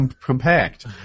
Compact